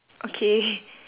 okay